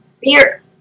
Beer